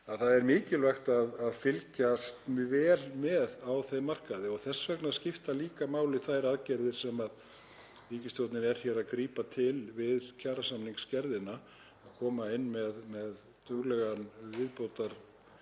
Það er mikilvægt að fylgjast mjög vel með á þeim markaði. Þess vegna skipta líka máli þær aðgerðir sem ríkisstjórnin er að grípa til við kjarasamningsgerðina, að koma inn með duglegan